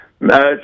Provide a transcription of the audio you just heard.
No